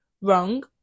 wrong